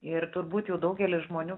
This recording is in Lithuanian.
ir turbūt jau daugelis žmonių